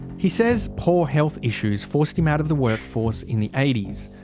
he says poor health issues forced him out of the workforce in the eighty s,